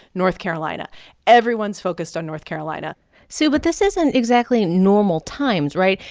north carolina everyone's focused on north carolina sue, but this isn't exactly normal times, right?